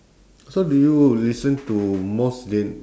so do you listen to most gen~